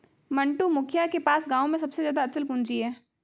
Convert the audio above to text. मंटू, मुखिया के पास गांव में सबसे ज्यादा अचल पूंजी है